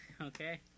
okay